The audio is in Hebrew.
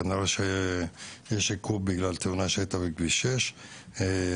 כנראה שיש עיכוב עקב תאונה שהייתה בכביש שש וזה